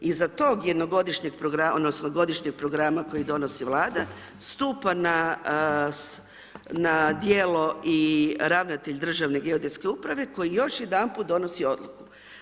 Iza toga Jednogodišnjeg programa odnosno Godišnjeg programa koji donosi Vlada, stupa na djelo i ravnatelj Državne geodetske uprave koji još jedanput donosi odluku.